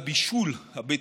גז הבישול הביתי,